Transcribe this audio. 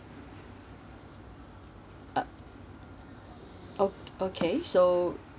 uh o~ okay so